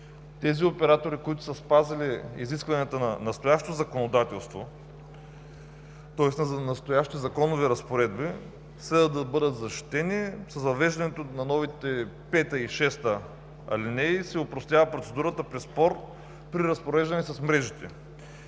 Тези оператори, които са спазили изискванията на настоящото законодателство, тоест на настоящи законови разпоредби, следва да бъдат защитени. С въвеждането на новите 5-а и 6-а алинеи се опростява процедурата при спор при разпореждане с мрежите.